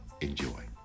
enjoy